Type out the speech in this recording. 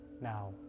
now